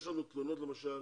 יש לנו למשל תלונות